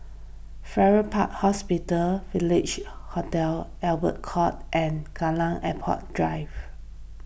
Farrer Park Hospital Village Hotel Albert Court and Kallang Airport Drive